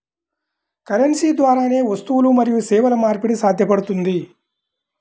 currency ద్వారానే వస్తువులు మరియు సేవల మార్పిడి సాధ్యపడుతుంది